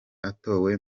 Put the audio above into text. atowe